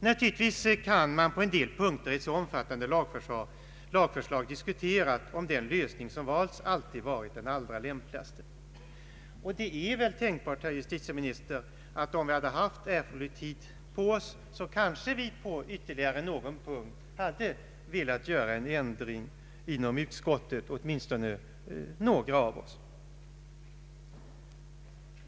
Naturligtvis kan man i fråga om en del punkter i ett så omfattande lagförslag diskutera om den lösning som valts alltid varit den allra lämpligaste. Det är väl tänkbart, herr justitieminister, att vi, om vi hade haft erforderlig tid på oss, på ytterligare någon punkt hade velat göra en ändring inom utskottet, åtminstone några av oss.